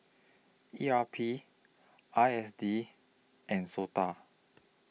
E R P I S D and Sota